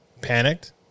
panicked